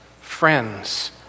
Friends